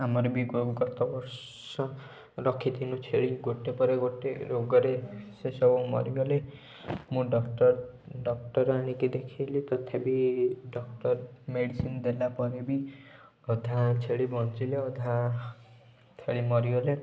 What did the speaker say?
ଆମର ବି ଗତବର୍ଷ ରଖିଥିଲୁ ଛେଳି ଗୋଟେ ପରେ ଗୋଟେ ରୋଗରେ ସେ ସବୁ ମରିଗଲେ ମୁଁ ଡକ୍ଟର ଡକ୍ଟର ଆଣିକି ଦେଖାଇଲି ତଥାପି ଡକ୍ଟର ମେଡ଼ିସିନ୍ ଦେଲା ପରେ ବି ଅଧା ଛେଳି ବଞ୍ଚିଲେ ଅଧା ଛେଳି ମରିଗଲେ